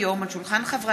הצעת חוק חסינות חברי